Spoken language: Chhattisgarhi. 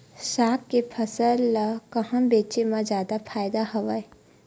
साग के फसल ल कहां बेचे म जादा फ़ायदा हवय?